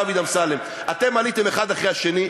דוד אמסלם: אתם עליתם אחד אחרי השני,